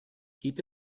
keep